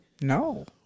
No